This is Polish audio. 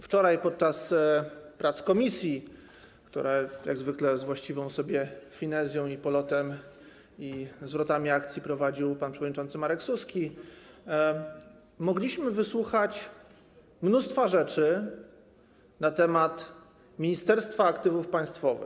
Wczoraj podczas prac komisji, które jak zwykle z właściwą sobie finezją, polotem i zwrotami akcji prowadził pan przewodniczący Marek Suski, mogliśmy wysłuchać mnóstwa rzeczy na temat Ministerstwa Aktywów Państwowych.